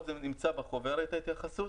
זאת אומרת,